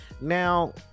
Now